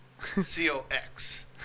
C-O-X